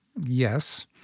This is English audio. Yes